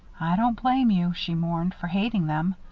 i don't blame you, she mourned, for hating them.